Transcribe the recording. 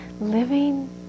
living